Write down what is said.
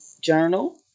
journal